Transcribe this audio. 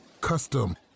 custom